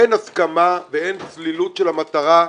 אין הסכמה ואין צלילות של המטרה.